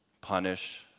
Punish